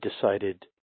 decided